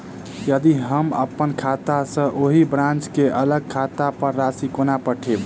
यदि हम अप्पन खाता सँ ओही ब्रांच केँ अलग खाता पर राशि कोना पठेबै?